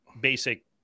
basic